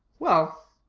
well.